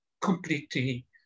completely